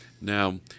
now